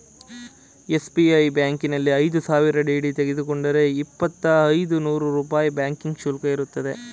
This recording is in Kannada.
ಎಸ್.ಬಿ.ಐ ಬ್ಯಾಂಕಿನಲ್ಲಿ ಐದು ಸಾವಿರ ಡಿ.ಡಿ ತೆಗೆದುಕೊಂಡರೆ ಇಪ್ಪತ್ತಾ ಐದು ರೂಪಾಯಿ ಬ್ಯಾಂಕಿಂಗ್ ಶುಲ್ಕ ಇರುತ್ತದೆ